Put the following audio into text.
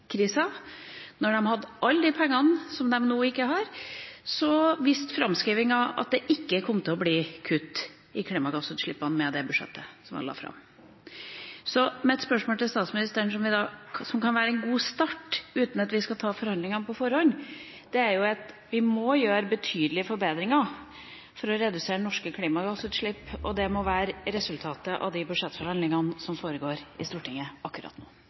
hadde alle de pengene som de nå ikke har, viste framskrivinga at det ikke kom til å bli kutt i klimagassutslippene. Så mitt innspill til statsministeren, som kan være en god start, uten at vi skal ta forhandlingene på forhånd, er at vi må gjøre betydelige forbedringer for å redusere norske klimagassutslipp, og det må være resultatet av de budsjettforhandlingene som foregår i Stortinget akkurat nå.